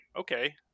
okay